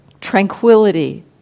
tranquility